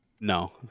No